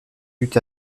buts